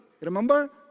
remember